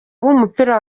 w’umupira